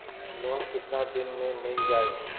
Loan कितना दिन में मिल जाई?